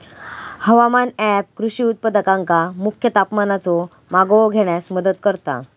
हवामान ऍप कृषी उत्पादकांका मुख्य तापमानाचो मागोवो घेण्यास मदत करता